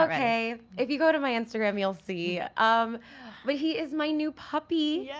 okay. if you go to my instagram, you'll see. um but he is my new puppy. yeah